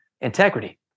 Integrity